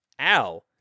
Ow